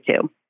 two